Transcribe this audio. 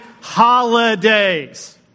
Holidays